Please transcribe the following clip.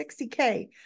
60K